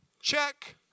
check